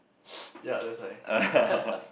ya that's why